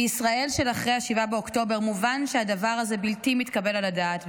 בישראל של אחרי 7 באוקטובר מובן שהדבר הזה בלתי מתקבל על הדעת,